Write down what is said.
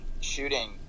shooting